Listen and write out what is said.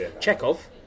Chekhov